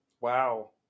Wow